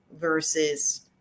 versus